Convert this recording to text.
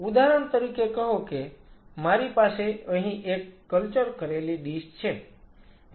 તેથી ઉદાહરણ તરીકે કહો કે મારી પાસે અહીં એક કલ્ચર કરેલી ડીશ છે